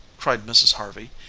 cried mrs. harvey,